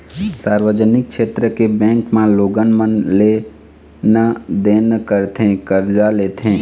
सार्वजनिक छेत्र के बेंक म लोगन मन लेन देन करथे, करजा लेथे